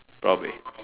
probably